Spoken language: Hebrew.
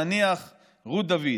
נניח רות דוד.